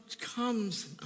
comes